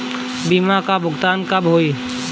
बीमा का भुगतान कब होइ?